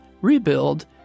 rebuild